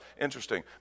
Interesting